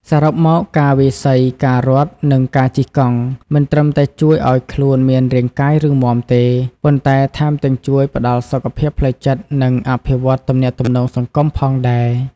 សរុបមក ការវាយសី ការរត់ និងការជិះកង់ មិនត្រឹមតែជួយឲ្យខ្លួនមានរាងកាយរឹងមាំទេ ប៉ុន្តែថែមទាំងជួយផ្ដល់សុខភាពផ្លូវចិត្ត និងអភិវឌ្ឍន៍ទំនាក់ទំនងសង្គមផងដែរ។